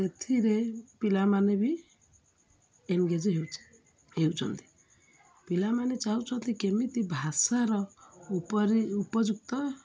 ସେଥିରେ ପିଲାମାନେ ବି ଏନଗେଜ୍ ହେଉ ହେଉଛନ୍ତି ପିଲାମାନେ ଚାହୁଁଛନ୍ତି କେମିତି ଭାଷାର ଉପାରି ଉପଯୁକ୍ତ